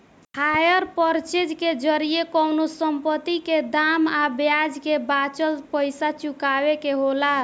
hire purchase के जरिया कवनो संपत्ति के दाम आ ब्याज के बाचल पइसा चुकावे के होला